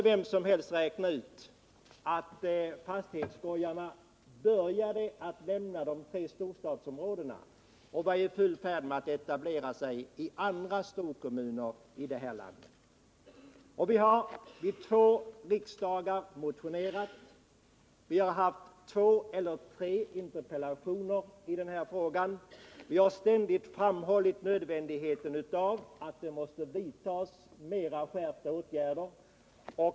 Vem som helst kunde räkna ut att fastighetsskojarna skulle börja lämna de tre storstadsområdena för att i stället etablera sig i andra storkommuner i landet. Vi har under två riksdagar motionerat och haft två eller tre interpellationer och ständigt framhållit nödvändigheten av en skärpning av åtgärderna.